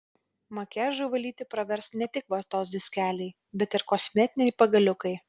makiažui valyti pravers ne tik vatos diskeliai bet ir kosmetiniai pagaliukai